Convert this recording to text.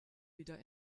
wieder